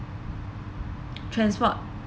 transport